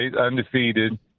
undefeated